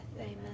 Amen